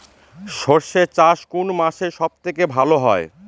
সর্ষে চাষ কোন মাসে সব থেকে ভালো হয়?